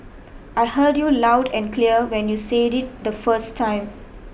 I heard you loud and clear when you said it the first time